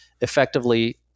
effectively